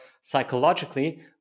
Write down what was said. psychologically